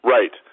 Right